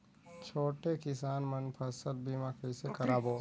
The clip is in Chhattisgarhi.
छोटे किसान मन फसल बीमा कइसे कराबो?